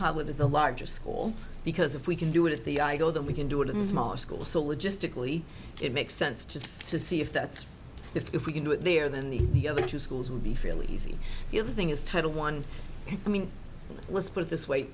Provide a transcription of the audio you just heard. pilot the largest school because if we can do it at the i go that we can do it in smaller schools so logistically it makes sense just to see if that's if we can do it there then the other two schools would be fairly easy the other thing is title one i mean let's put it this way